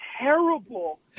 terrible